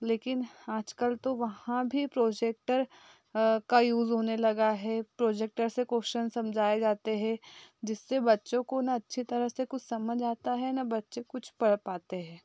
लेकिन आज कल तो वहाँ भी प्रोजेक्टर का यूज़ होने लगा है प्रोजेक्टर से क्वेश्चन समझाए जाते हैं जिससे बच्चों को ना अच्छी तरह से कुछ समझ आता है ना बच्चे कुछ पढ़ पाते हैं